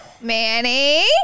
Manny